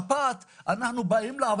אין לנו בעיה.